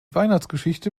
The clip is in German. weihnachtsgeschichte